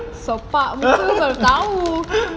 sepak muka baru tahu